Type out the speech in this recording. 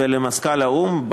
ולמזכ"ל האו"ם.